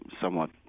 somewhat